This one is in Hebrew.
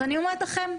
אז אני אומרת לכם,